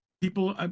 people